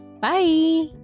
Bye